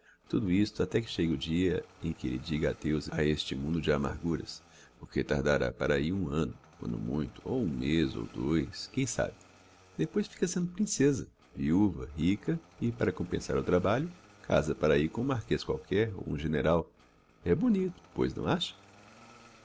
tudo isto até que chegue o dia em que elle diga adeus a este mundo de amarguras o que tardará para ahi um anno quando muito ou um mez ou dois quem sabe depois fica sendo princesa viuva rica e para compensar o trabalho casa para ahi com um marquez qualquer ou um general é bonito pois não acha